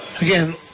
Again